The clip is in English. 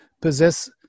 possess